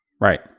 Right